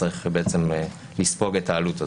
צריך לספוג את העלות הזאת.